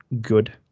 good